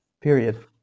period